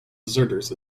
deserters